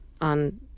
on